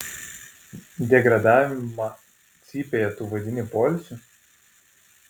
degradavimą cypėje tu vadini poilsiu